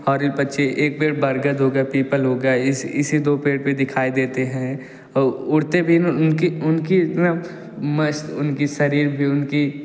होरिल पक्षी एक पेड़ बरगद हो गया पीपल हो गया इसी इसी दो पेड़ पर दिखाई देते हैं और उड़ते भी उनकी उनके इतना उनके शरीर भी उनकी